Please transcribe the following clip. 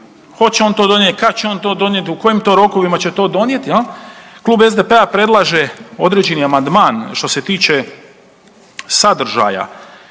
hoće on to donijet, kad će on to donijet, u kojim to rokovima će to donijet, jel, klub SDP-a predlaže određeni amandman što se tiče sadržaja